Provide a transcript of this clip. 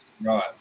Right